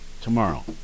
tomorrow